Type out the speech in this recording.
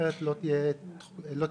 אחרת לא תהיה תקווה.